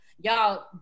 y'all